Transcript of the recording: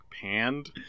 panned